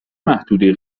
محدوده